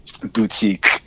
boutique